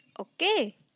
Okay